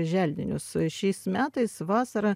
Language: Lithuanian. želdinius šiais metais vasarą